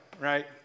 right